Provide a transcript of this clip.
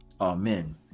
Amen